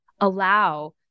allow